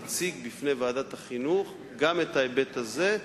בוודאי נציג בפני ועדת החינוך גם את ההיבט הזה,